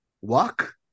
walk